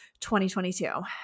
2022